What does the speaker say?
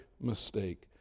mistake